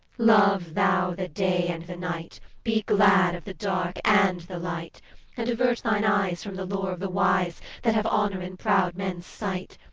love thou the day and the night be glad of the dark and the light and avert thine eyes from the lore of the wise, that have honour in proud men's sight.